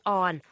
on